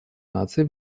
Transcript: наций